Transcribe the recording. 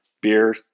beer